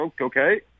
Okay